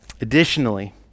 Additionally